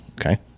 Okay